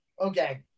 okay